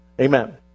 Amen